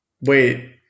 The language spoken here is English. Wait